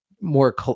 more